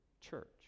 church